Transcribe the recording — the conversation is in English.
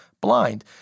blind